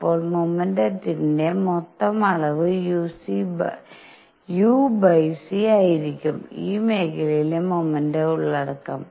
അപ്പോൾ മൊമെന്റത്തിന്റെ മൊത്തം അളവ് uc ആയിരിക്കും ഈ മേഖലയിലെ മൊമെന്റം ഉള്ളടക്കം